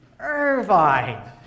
Irvine